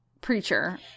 Preacher